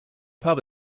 pub